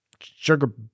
sugar